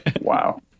Wow